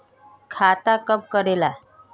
खाता कब करेला?